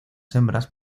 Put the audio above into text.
hembras